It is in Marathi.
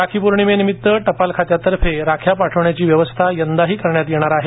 राखी पौर्णिमेनिमित्त टपाल खात्यातर्फे राख्या पाठविण्याची व्यवस्था यंदाही करण्यात येणार आहे